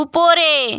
উপরে